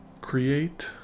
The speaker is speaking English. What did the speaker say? create